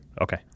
Okay